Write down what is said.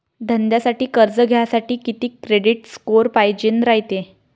धंद्यासाठी कर्ज घ्यासाठी कितीक क्रेडिट स्कोर पायजेन रायते?